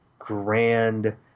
grand